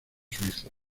suizos